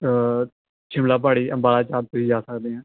ਸ਼ਿਮਲਾ ਪਹਾੜੀ ਅੰਬਾਰਾ ਤੁਸੀਂ ਜਾ ਸਕਦੇ ਆ